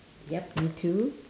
yup me too